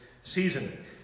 season